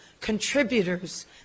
contributors